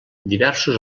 diversos